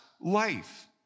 life